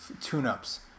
tune-ups